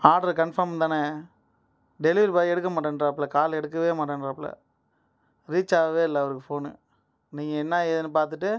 order confirm தானே delivery boy எடுக்க மாட்டேன்றாப்புல கால் எடுக்கவே மாட்டேன்றாப்புல ரீச் ஆகவே இல்லை அவருக்கு ஃபோனு நீங்கள் என்ன ஏதுன்னு பார்த்துட்டு